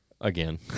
again